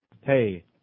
Hey